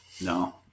No